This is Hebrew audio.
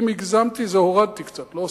אם הגזמתי, הורדתי קצת, לא הוספתי.